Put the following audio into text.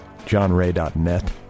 JohnRay.net